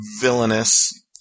villainous